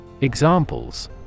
Examples